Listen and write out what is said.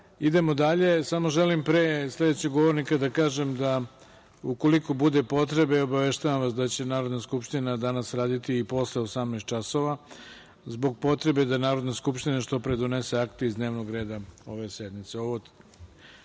dalje. Samo želim pre sledećeg govornika da kažem da ukoliko bude potrebe, obaveštavam vas da će Narodna skupština danas raditi i posle 18,00 časova zbog potrebe da Narodna skupština što pre donese akte iz dnevnog reda ove sednice.